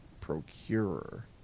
procurer